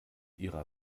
ihrer